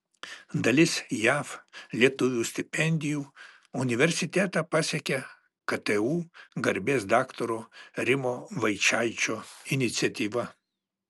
dalis jav lietuvių stipendijų universitetą pasiekia ktu garbės daktaro rimo vaičaičio iniciatyva